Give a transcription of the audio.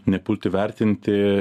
nepulti vertinti